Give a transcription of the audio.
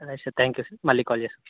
సరే sir thank you sir మళ్ళీ call చేస్తాను